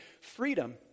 freedom